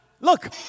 look